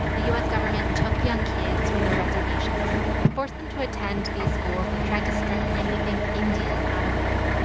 the u s. government took young kids from their reservations and forced them to attend these schools that tried to strip anything indian out of them.